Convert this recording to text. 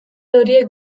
horiek